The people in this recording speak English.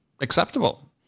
acceptable